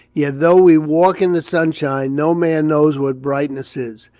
yet, though we walk in the sunshine, no man knows what brightness is,